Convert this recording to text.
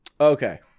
Okay